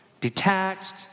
detached